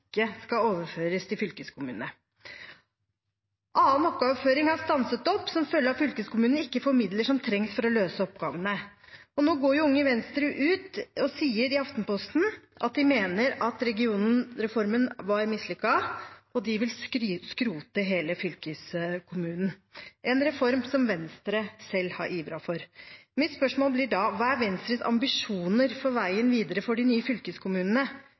skal overføres til fylkeskommunene. Annen oppgaveoverføring har stanset opp som en følge av at fylkeskommunen ikke får midler som trengs for å løse oppgavene, og nå går Unge Venstre ut i Aftenposten og sier at de mener at regionreformen var mislykket, og de vil skrote hele fylkeskommunen, en reform som Venstre selv har ivret for. Mitt spørsmål blir da: Hva er Venstres ambisjoner for veien videre for de nye fylkeskommunene